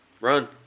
Run